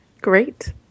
great